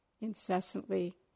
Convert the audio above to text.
incessantly